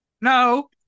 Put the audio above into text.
no